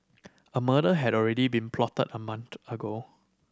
a murder had already been plotted a month ago